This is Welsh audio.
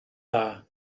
dda